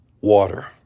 water